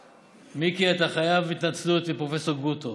מיקי, אתה חייב התנצלות לפרופ' גרוטו.